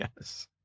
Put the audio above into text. Yes